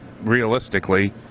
realistically